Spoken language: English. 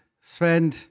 Sven